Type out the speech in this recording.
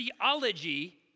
theology